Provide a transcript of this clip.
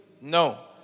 No